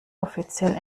offiziell